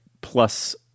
plus